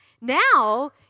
Now